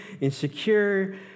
insecure